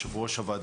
יושב הראש הוועדה